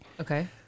Okay